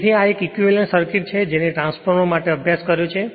તેથી આ એક ઇક્વીવેલેંટ સર્કિટ છે જેની ટ્રાન્સફોર્મર માટે અભ્યાસ કર્યો છે